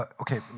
Okay